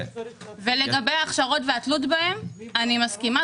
--- לגבי ההכשרות והתלות בהן, אני מסכימה.